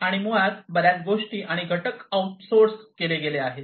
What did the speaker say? आणि मुळात बर्याच गोष्टी आणि घटक आउटसोर्स केले आहे